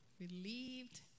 relieved